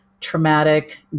traumatic